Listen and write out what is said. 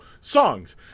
songs